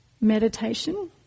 meditation